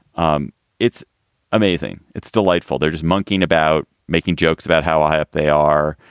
um it's amazing. it's delightful. they're just monkeying about making jokes about how high up they are,